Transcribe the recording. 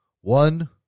one